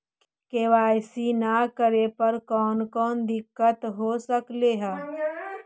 KYC न करे पर कौन कौन दिक्कत हो सकले हे?